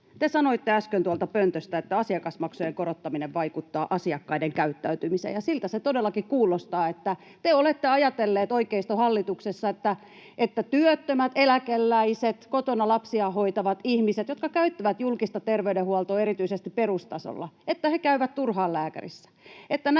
Te sanoitte äsken tuolta pöntöstä, että asiakasmaksujen korottaminen vaikuttaa asiakkaiden käyttäytymiseen. Siltä se todellakin kuulostaa, että te olette ajatelleet oikeistohallituksessa, että työttömät, eläkeläiset, kotona lapsiaan hoitavat ihmiset, jotka käyttävät julkista terveydenhuoltoa erityisesti perustasolla, käyvät turhaan lääkärissä